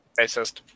Racist